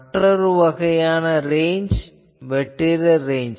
மற்றொரு வகையான ரேஞ்ச் வெற்றிட ரேஞ்ச்